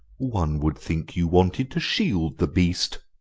one would think you wanted to shield the beast,